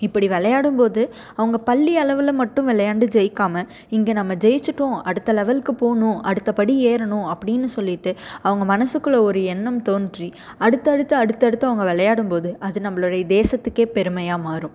இப்படி விளையாடும் போது அவங்க பள்ளி அளவில் மட்டும் விளையாண்டு ஜெயிக்காமல் இங்கே நம்ம ஜெயிச்சிட்டோம் அடுத்து லெவலுக்கு போகணும் அடுத்து படி ஏறணும் அப்படின்னு சொல்லிவிட்டு அவங்க மனசுக்குள்ளே ஒரு எண்ணம் தோன்றி அடுத்து அடுத்து அடுத்து அடுத்து அவங்க விளையாடும் போது அது நம்மளுடைய தேசத்துக்கு பெருமையாக மாறும்